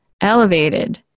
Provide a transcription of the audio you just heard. elevated